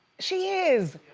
she is.